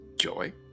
joy